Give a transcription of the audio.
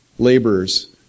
laborers